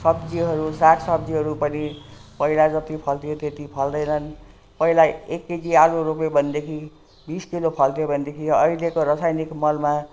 सब्जीहरू साग सब्जीहरू पनि पहिला जति फल्थ्यो त्यति फल्दैनन् पहिला एक केजी आलु रोप्यो भनेदेखि बिस किलो फल्थ्यो भनेदेखि अहिलेको रासायनिक मलमा